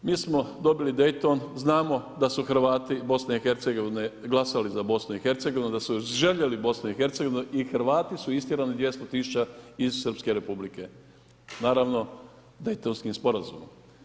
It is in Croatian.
Mi smo dobili Dayton znamo da su Hrvati BiH glasovali za BiH da su željeli BiH i Hrvati su istjerani 200.000 iz Srpske Republike naravno Daytonskim sporazumom.